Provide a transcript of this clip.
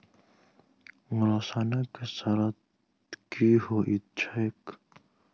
ऋणक शर्त की होइत छैक?